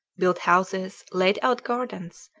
built houses, laid out gardens,